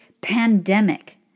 pandemic